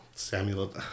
Samuel